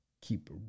keep